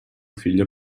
figlia